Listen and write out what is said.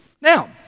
Now